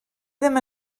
ddim